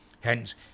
Hence